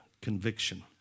conviction